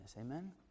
Amen